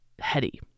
heady